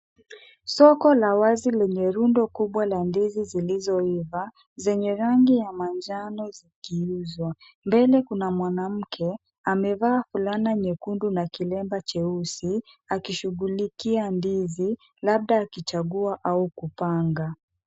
Soko la wazi lenye rundo kubwa la ndizi zilizoiva, zenye rangi ya manjano zikiuzwa. Mbele kuna mwanamke amevaa fulana nyekundu na kilemba jeusi, akishughulikia ndizi labda akichakua au kupanga.